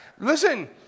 Listen